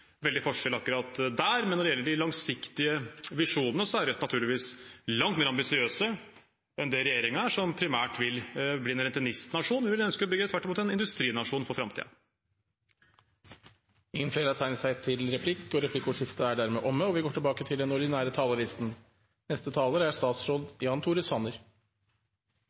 veldig forskjell akkurat der. Men når det gjelder de langsiktige visjonene, er Rødts opplegg naturligvis langt mer ambisiøst enn regjeringens, som primært vil gi en rentenistnasjon. Vi ønsker tvert imot å bygge en industrinasjon for framtiden. Replikkordskiftet er omme. De siste tre månedene har vært preget av stor usikkerhet og